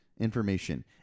information